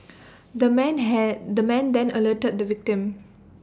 the man have the man then alerted the victim